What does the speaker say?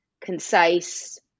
concise